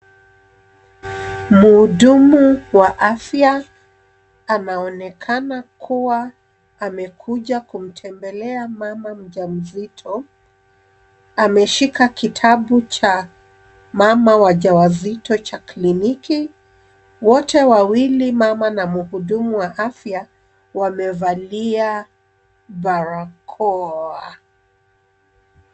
Mhudumu wa afya anaonekana kuwa amekuja kumtembelea mama mjamzito. Ameshika kitabu cha mama wajawazito cha kliniki, wote wawili mama na mhudumu wa afya wamevalia barakoa.